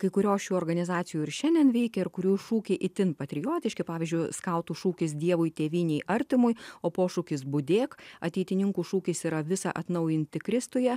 kai kurios šių organizacijų ir šiandien veikia ir kurių šūkiai itin patriotiški pavyzdžiui skautų šūkis dievui tėvynei artimui o pošūkis budėk ateitininkų šūkis yra visa atnaujinti kristuje